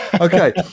Okay